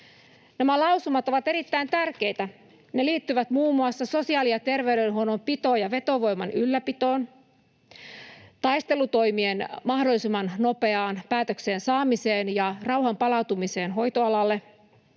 Nämä lausumat ovat erittäin tärkeitä. Ne liittyvät muun muassa sosiaali- ja terveydenhuollon pito- ja vetovoiman ylläpitoon, taistelutoimien mahdollisimman nopeaan päätökseen saamiseen ja rauhan palautumiseen hoitoalalle,